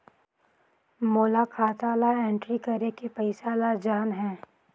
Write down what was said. मोला खाता ला एंट्री करेके पइसा ला जान हे?